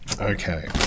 Okay